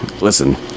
listen